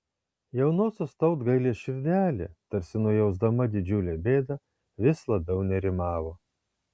jaunosios tautgailės širdelė tarsi nujausdama didžiulę bėdą vis labiau nerimavo